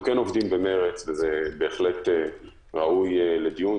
אנחנו כן עובדים במרץ, וזה בהחלט ראוי לדיון.